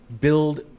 build